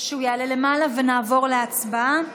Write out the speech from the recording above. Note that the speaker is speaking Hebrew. שהוא יעלה למעלה ונעבור להצבעה.